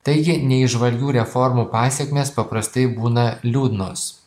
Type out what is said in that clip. taigi neįžvalgių reformų pasekmės paprastai būna liūdnos